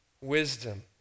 wisdom